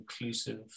inclusive